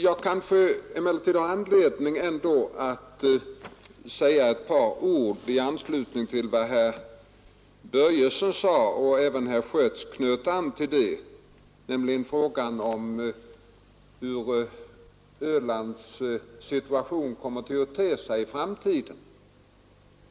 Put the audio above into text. Jag kanske ändå har anledning att säga ett par ord i anslutning till vad herr Börjesson sade — även herr Schött knöt an härtill — nämligen beträffande frågan om hur Ölands situation kommer att te sig i framtiden.